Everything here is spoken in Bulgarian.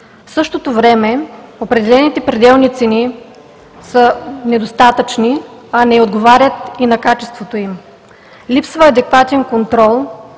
В същото време определените пределни цени са недостатъчни, а не отговарят и на качеството им. Липсва адекватен контрол